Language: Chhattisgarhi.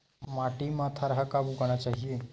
माटी मा थरहा कब उगाना चाहिए?